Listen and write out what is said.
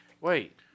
wait